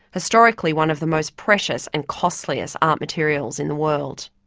historically one of the most precious and costliest art materials in the world.